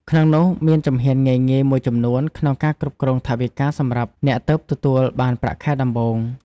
ក្នុងនោះ មានជំហានងាយៗមួយចំនួនក្នុងការគ្រប់គ្រងថវិកាសម្រាប់អ្នកទើបទទួលបានប្រាក់ខែដំបូង។